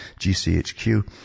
GCHQ